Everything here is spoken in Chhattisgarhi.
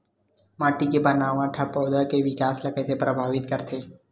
माटी के बनावट हा पौधा के विकास ला कइसे प्रभावित करथे?